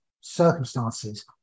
circumstances